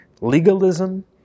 legalism